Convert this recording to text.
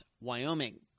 Wyoming